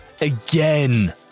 AGAIN